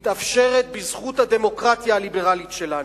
מתאפשרת בזכות הדמוקרטיה הליברלית שלנו.